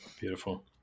Beautiful